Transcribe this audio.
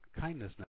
Kindness